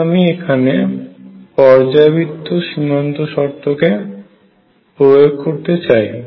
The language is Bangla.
এখন আমি এখানে পর্যায়বৃত্ত সীমান্ত শর্তকে প্রয়োগ করতে চাই